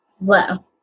Wow